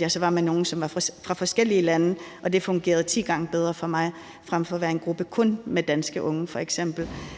jeg så var med nogle, som var fra forskellige lande, og det fungerede ti gange bedre for mig fremfor at være i en gruppe med f.eks. kun danske unge. Det er